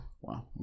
wow